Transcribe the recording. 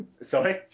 Sorry